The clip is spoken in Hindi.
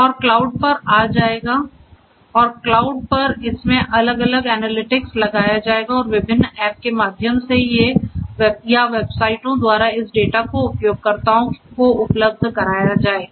और क्लाउड पर आ जाएगा और क्लाउड पर इसमें अलग अलग एनालिटिक्स लगाया जाएगा और विभिन्न ऐप के माध्यम से या वेबसाइटों द्वारा इस डेटा को उपयोगकर्ताओं को उपलब्ध कराया जाएगा